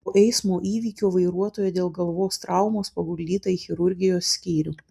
po eismo įvykio vairuotoja dėl galvos traumos paguldyta į chirurgijos skyrių